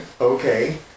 Okay